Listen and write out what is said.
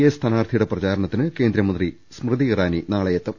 A സ്ഥാനാർത്ഥിയുടെ പ്രചാരണത്തിന് കേന്ദ്രമന്ത്രി സ്മൃതി ഇറാനി നാളെയെത്തും